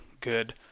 good